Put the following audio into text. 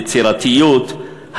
יצירתיות,